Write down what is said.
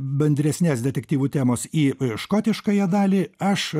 bendresnės detektyvų temos į škotiškąją dalį aš